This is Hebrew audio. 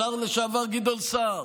השר לשעבר גדעון סער,